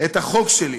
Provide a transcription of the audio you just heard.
את החוק שלי,